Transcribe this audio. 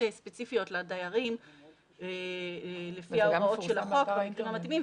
ספציפיות לדיירים לפי ההוראות של החוק במקרים המתאימים.